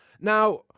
Now